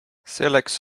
selleks